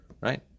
right